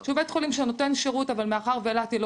שהוא בית חולים שנותן שירות מאחר שאילת היא לא